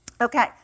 okay